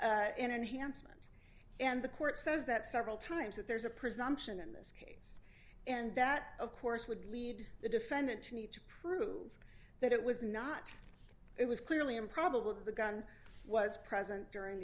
and and the court says that several times that there's a presumption in this case and that of course would lead the defendant to need to prove that it was not it was clearly improbable the gun was present during